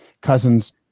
Cousins